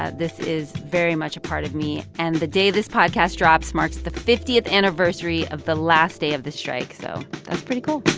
ah this is very much a part of me. and the day this podcast drops marks the fiftieth anniversary of the last day of the strike, so that's pretty cool